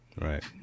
Right